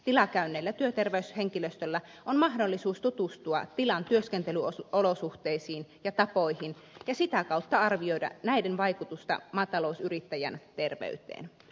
tilakäynneillä työterveyshenkilöstöllä on mahdollisuus tutustua tilan työskentelyolosuhteisiin ja tapoihin ja sitä kautta arvioida näiden vaikutusta maatalousyrittäjän terveyteen